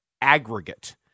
Aggregate